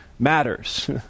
Matters